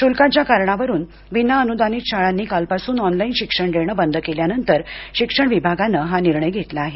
शुल्काच्या कारणावरून विना अनुदानित शाळांनी कालपासून ऑनलाईन शिक्षण देणे बंद केल्यानंतर शिक्षण विभागानं हा निर्णय घेतला आहे